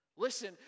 Listen